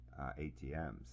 ATMs